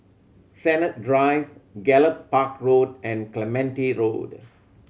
Sennett Drive Gallop Park Road and Clementi Road